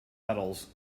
metals